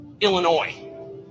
Illinois